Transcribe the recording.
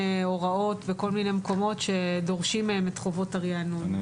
הוראות וכול מיני מקומות שדורשים מהם את חובות הריענון.